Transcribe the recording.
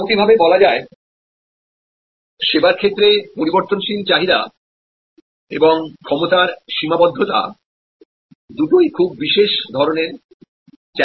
মোটামুটিভাবে বলা যায় পরিষেবার ক্ষেত্রে পরিবর্তনশীল চাহিদা এবং ক্ষমতার সীমাবদ্ধতাদুটোই খুব বিশেষ ধরনের চ্যালেঞ্জ